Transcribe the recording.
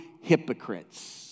hypocrites